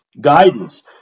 guidance